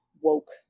woke